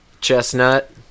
Chestnut